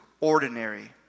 ordinary